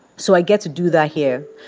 so i get to do that here.